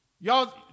Y'all